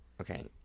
okay